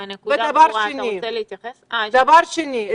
דבר שני,